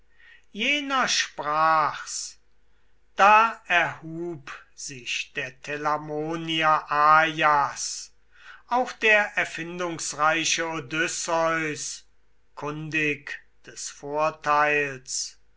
jener sprach's da erhub sich der telamonier ajas auch der erfindungsreiche odysseus kundig des vorteils